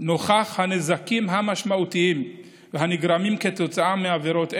נוכח הנזקים המשמעותיים הנגרמים כתוצאה מעבירות אלו,